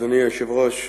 אדוני היושב-ראש,